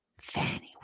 Fanny